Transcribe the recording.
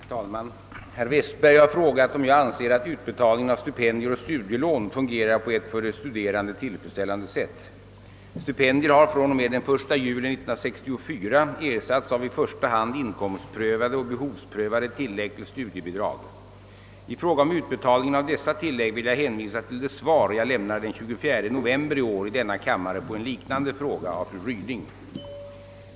Herr talman! Herr Westberg har frågat, om jag anser, att utbetalningen av stipendier och studielån fungerar på ett för de studerande tillfredsställande sätt. Stipendier har från och med den 1 juli 1964 ersatts av i första hand inkomstprövade och och behovsprövade tillägg till studiebidrag. I fråga om utbetalningen av dessa tillägg vill jag hänvisa till det svar jag lämnade den 24 november i år i denna kammare på en liknande fråga av fru Ryding.